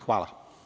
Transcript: Hvala.